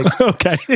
Okay